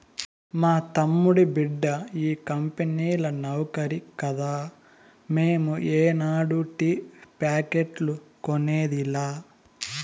మా తమ్ముడి బిడ్డ ఈ కంపెనీల నౌకరి కదా మేము ఏనాడు టీ ప్యాకెట్లు కొనేదిలా